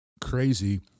crazy